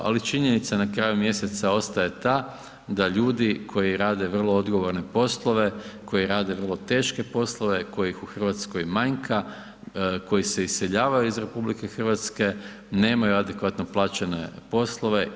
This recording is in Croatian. Ali činjenica na kraju mjeseca ostaje ta da ljudi koji rade vrlo odgovorne poslove, koji rade vrlo teške poslove kojih u Hrvatskoj manjka, koji se iseljavaju iz RH nemaju adekvatno plaćene poslove.